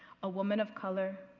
a woman of color,